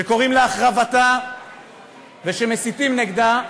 שקוראים להחרבתה ושמסיתים נגדה,